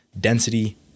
density